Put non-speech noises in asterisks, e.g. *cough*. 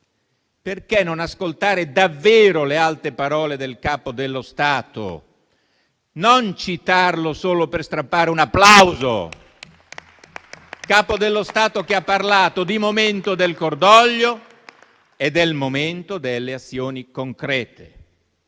Perché non ascoltare davvero le alte parole del Capo dello Stato? Non citarlo solo per strappare un applauso. *applause* Il Capo dello Stato ha parlato di momento del cordoglio e del momento delle azioni concrete;